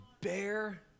bear